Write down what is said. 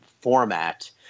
format